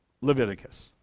Leviticus